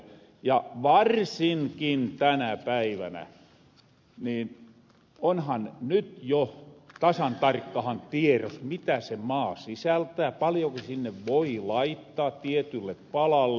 ja varsinkin tänä päivänä niin onhan nyt jo tasan tarkkahan tieros mitä se maa sisältää paljoko sinne voi laittaa tietylle palalle